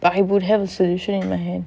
I would have a solution in my hand